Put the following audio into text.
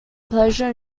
pleasure